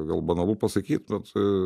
gal banalu pasakyt bet